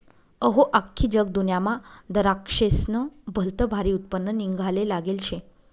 अहो, आख्खी जगदुन्यामा दराक्शेस्नं भलतं भारी उत्पन्न निंघाले लागेल शे